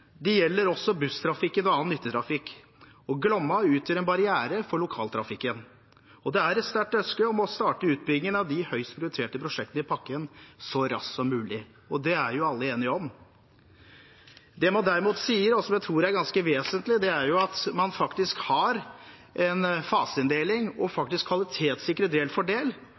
Det gjelder også busstrafikken og annen nyttetrafikk. Glomma utgjør en barriere for lokaltrafikken. Det er et sterkt ønske om å starte utbyggingen av de høyest prioriterte prosjektene i pakken så raskt som mulig. Det er alle enige om. Det man derimot sier, og som jeg tror er ganske vesentlig, er at man faktisk har en faseinndeling og